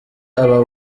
aba